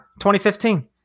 2015